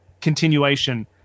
continuation